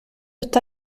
está